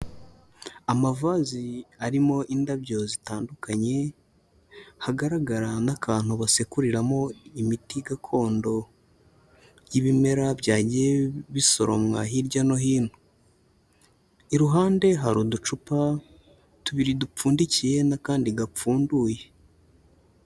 Amavazi arimo indabyo zitandukanye, hagaragara n'akantu basekuriramo imiti gakondo y'ibimera byagiye bisoromwa hirya no hino, iruhande hari uducupa tubiri dupfundikiye n'akandi gapfunduye.